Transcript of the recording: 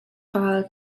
file